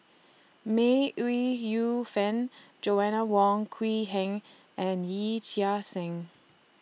May Ooi Yu Fen Joanna Wong Quee Heng and Yee Chia Hsing